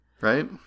Right